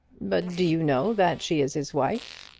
but do you know that she is his wife?